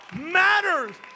matters